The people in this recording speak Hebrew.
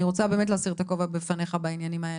אני רוצה להסיר את הכובע בפניך בעניינים האלה.